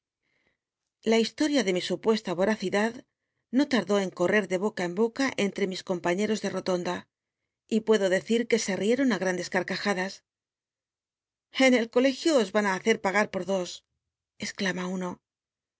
la historia de mi upuest voracidad no tardó en cone de boca en boca enlie mis compañeros oil á grandes ícj de rotonda y puedo deci r t uc se j carcajadas en el colegio os ran i hacer pagar por dos exclama uno